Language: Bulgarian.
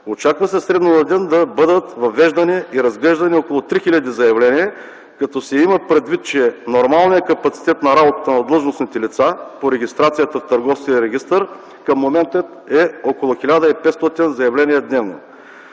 очаква се средно на ден да бъдат въвеждани и разглеждани около три хиляди заявления, като се има предвид, че нормалният капацитет на работата на длъжностните лица по регистрацията в Търговския регистър към момента е около 1500 заявления дневно.